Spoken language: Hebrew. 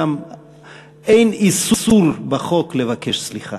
אין איסור בחוק גם לבקש סליחה.